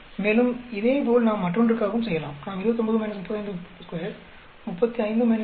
மேலும் இதேபோல் நாம் மற்றொன்றுக்காகவும் செய்யலாம் நாம் 29 352 35 27